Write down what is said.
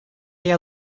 jij